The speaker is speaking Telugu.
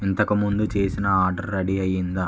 ఇంతకు ముందు చేసిన ఆర్డర్ రెడీ అయిందా